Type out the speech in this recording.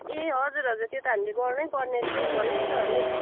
ए हजुर हजुर त्यो हामीले गर्नैपर्ने थियो भन्नुहोस् न मिस